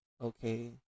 okay